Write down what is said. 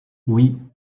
oui